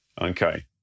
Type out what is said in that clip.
Okay